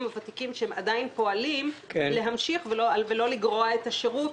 הוותיקים שהם עדיין פועלים להמשיך ולא לגרוע את השירות.